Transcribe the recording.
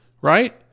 right